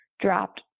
dropped